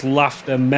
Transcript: laughter